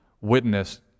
witness